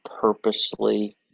purposely